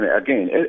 again